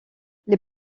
les